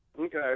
Okay